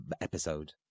episode